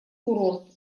курорт